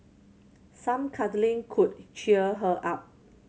some cuddling could cheer her up